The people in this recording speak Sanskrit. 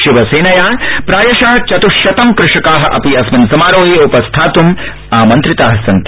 शिवसेनया प्रायश चत्श्शतं कृषका अपि अस्मिन् समारोहे उपस्थात्म् आमन्त्रिता सन्ति